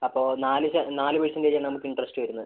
അപ്പോൾ നാല് പെർസെൻ്റെജ് ആണ് നമുക്ക് ഇൻറ്റ്റസ്റ്റ് വരുന്നത്